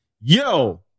Yo